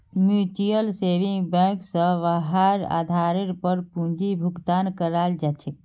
mutual saving bank स वहार आधारेर पर पूंजीर भुगतान कराल जा छेक